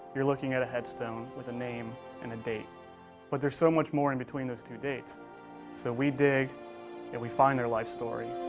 you're looking at a headstone with a name and a date but there's so much more in between those two dates so we dig if we find their life story.